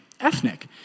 ethnic